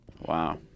Wow